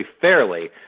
fairly